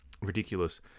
ridiculous